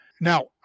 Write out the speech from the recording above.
Now